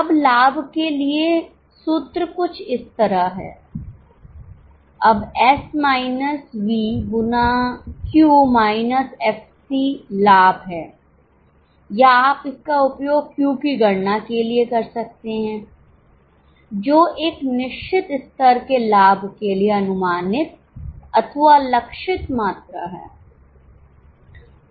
अब लाभ के लिए सूत्र कुछ इस तरह है अब S माइनस V गुना Q माइनस एफसी लाभ है या आप इसका उपयोग Q की गणना के लिए कर सकते हैं जो एक निश्चित स्तर के लाभ के लिए अनुमानित अथवा लक्षित मात्रा है